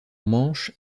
manche